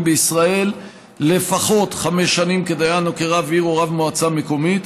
בישראל לפחות חמש שנים כדיין או כרב עיר או כרב מועצה מקומית.